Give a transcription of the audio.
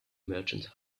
merchant